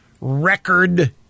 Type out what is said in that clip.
record